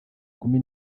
kumi